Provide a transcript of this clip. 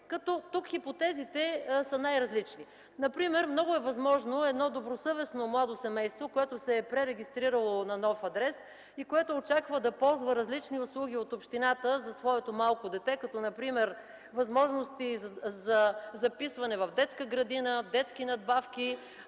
тук хипотезите са най-различни. Например, много е възможно едно добросъвестно младо семейство, което се е пререгистрирало на нов адрес и което очаква да ползва различни услуги от общината за своето малко дете, като например възможности за записване в детска градина, детски надбавки